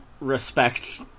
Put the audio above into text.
respect